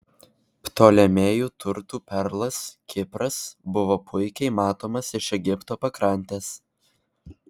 ptolemėjų turtų perlas kipras buvo puikiai matomas iš egipto pakrantės